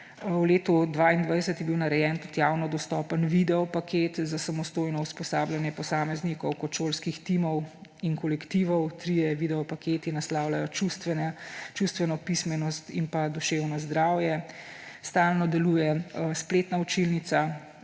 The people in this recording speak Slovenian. V letu 2022 je bil narejen tudi javno dostopen video paket za samostojno usposabljanje posameznikov kot šolskih timov in kolektivov, trije video paketi naslavljajo čustveno pismenost in pa duševno zdravje. Stalno deluje spletna učilnica,